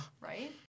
Right